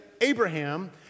Abraham